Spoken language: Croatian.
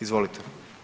Izvolite.